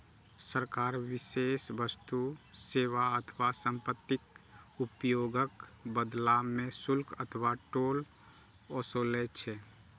सरकार विशेष वस्तु, सेवा अथवा संपत्तिक उपयोगक बदला मे शुल्क अथवा टोल ओसूलै छै